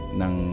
ng